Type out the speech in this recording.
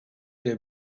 der